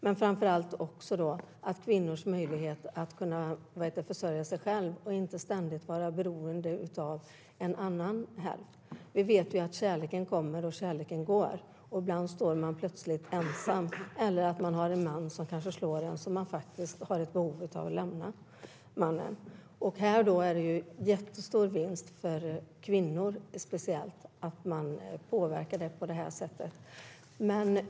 Men det handlar framför allt om kvinnors möjlighet att försörja sig själva och inte ständigt vara beroende av en annan hälft. Vi vet att kärleken kommer och går, och ibland står man plötsligt ensam. Man kanske har en man som slår en och som man har ett behov av att lämna. Här är det en jättestor vinst speciellt för kvinnor att man kan påverka på det här sättet.